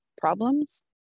problems